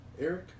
Eric